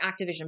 Activision